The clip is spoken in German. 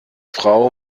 frau